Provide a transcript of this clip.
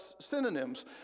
synonyms